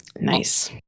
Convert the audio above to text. nice